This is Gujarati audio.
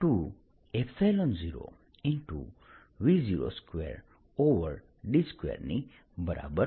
કુલ ઉર્જા 0V0V C dV12CV02 ઉર્જા ઘનતા 120E2|E|V0d ઉર્જા ઘનતા 120V0d2 કુલ ઉર્જાA